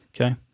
okay